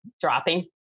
dropping